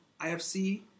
IFC